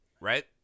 Right